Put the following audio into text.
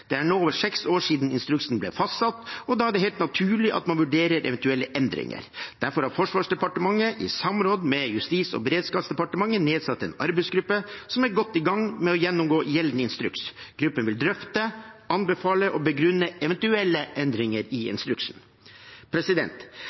Det er nå over seks år siden instruksen ble fastsatt, og da er det helt naturlig at man vurderer eventuelle endringer. Derfor har Forsvarsdepartementet i samråd med Justis- og beredskapsdepartementet nedsatt en arbeidsgruppe som er godt i gang med å gjennomgå gjeldende instruks. Gruppen vil drøfte, anbefale og begrunne eventuelle endringer i instruksen.